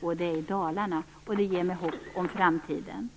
Det finns i Dalarna, och det ger mig hopp för framtiden.